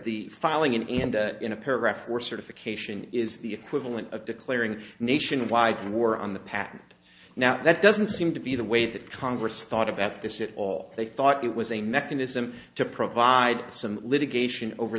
the filing in and in a paragraph or certification is the equivalent of declaring a nationwide war on the patent now that doesn't seem to be the way that congress thought about this at all they thought it was a mechanism to provide some litigation over